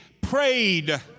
prayed